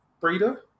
breeder